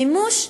מימוש סלקטיבי.